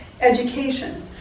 education